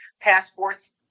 passports